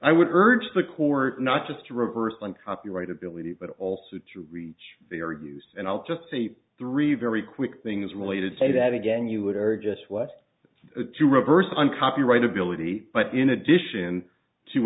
i would urge the court not just to reverse on copyright ability but also to reach their use and i'll just say three very quick things related to that again you would are just left to reverse on copyright ability but in addition to